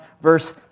verse